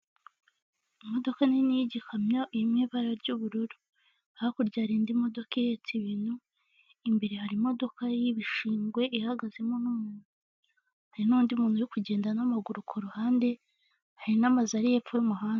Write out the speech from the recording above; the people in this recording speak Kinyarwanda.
Imodoka nini y'igikamyo irimo ibara ry'ubururu, hakurya hari indi modoka ihetse ibintu, imbere hari imodoka y'ibishingwe ihagazemo n'umuntu, hari n'undi muntu uri kugenda n'amaguru ku ruhande hari n'amazu hepfo y'umuhanda.